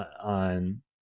on